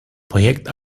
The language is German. projekt